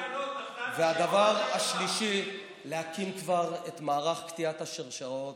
והדבר השלישי, להקים את מערך קטיעת השרשראות.